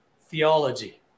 theology